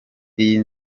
iyi